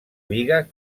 biga